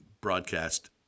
broadcast